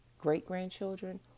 Great-grandchildren